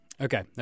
okay